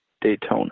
Daytona